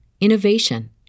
innovation